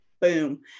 Boom